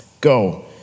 Go